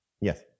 Yes